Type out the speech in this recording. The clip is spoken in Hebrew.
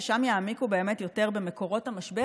ששם יעמיקו באמת יותר במקורות המשבר.